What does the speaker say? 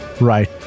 right